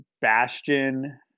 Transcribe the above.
Bastion